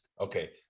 okay